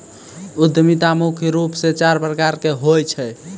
उद्यमिता मुख्य रूप से चार प्रकार के होय छै